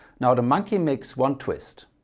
now the monkey makes one twist.